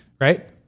Right